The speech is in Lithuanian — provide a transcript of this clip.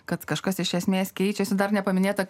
kad kažkas iš esmės keičiasi dar nepaminėta